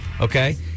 Okay